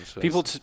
People